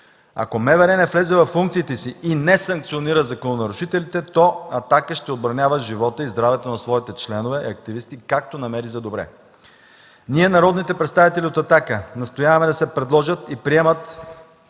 Ако МВР не влезе във функциите си и не санкционира закононарушителите, то „Атака” ще отбранява живота и здравето на своите членове и активисти както намери за добре. Ние, народните представители от „Атака”, настояваме да се предложат и приемат...”